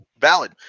Valid